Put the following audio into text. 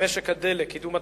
משק הדלק (קידום התחרות)